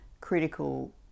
critical